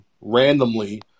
randomly